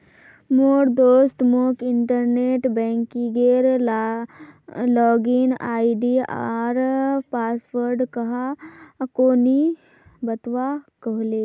मोर दोस्त मोक इंटरनेट बैंकिंगेर लॉगिन आई.डी आर पासवर्ड काह को नि बतव्वा कह ले